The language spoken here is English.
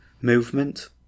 movement